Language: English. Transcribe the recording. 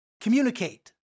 communicate